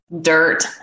dirt